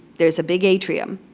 there's a big atrium.